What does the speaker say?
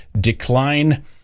decline